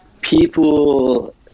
people